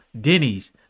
Denny's